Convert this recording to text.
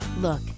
Look